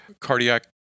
cardiac